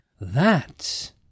That